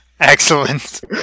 Excellent